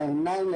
לפתוח את הגנים,